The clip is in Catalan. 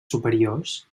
superiors